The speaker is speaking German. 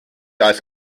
das